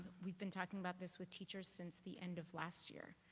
we've been talking about this with teachers since the end of last year.